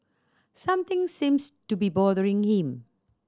something seems to be bothering him